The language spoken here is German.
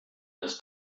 das